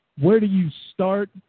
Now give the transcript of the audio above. where-do-you-start